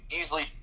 easily